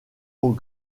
aux